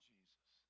Jesus